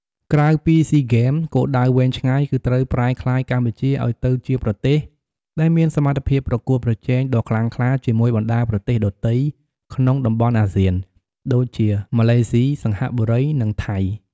ក្រៅពីស៊ីហ្គេម គោលដៅវែងឆ្ងាយគឺត្រូវប្រែក្លាយកម្ពុជាឱ្យទៅជាប្រទេសដែលមានសមត្ថភាពប្រកួតប្រជែងដ៏ខ្លាំងក្លាជាមួយបណ្តាប្រទេសដទៃក្នុងតំបន់អាស៊ាន ដូចជាម៉ាឡេស៊ី សិង្ហបុរី និងថៃ។